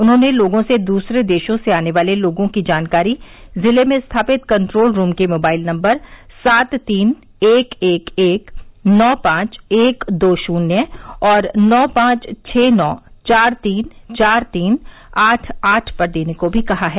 उन्होंने लोगों से दुसरे देशों से आने वाले लोगों की जानकारी जिले में स्थापित कंट्रोल रूम के मोबाइल नम्बर सात तीन एक एक एक नौ पांच एक दो शुन्य और नौ पांच छः नौ चार तीन चार तीन आठ आठ पर देने को भी कहा है